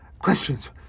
Questions